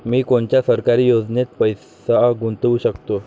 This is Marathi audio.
मी कोनच्या सरकारी योजनेत पैसा गुतवू शकतो?